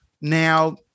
now